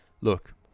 Look